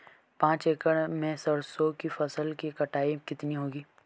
पांच एकड़ में सरसों की फसल की कटाई कितनी होगी?